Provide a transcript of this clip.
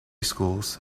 schools